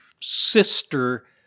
sister